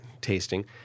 tasting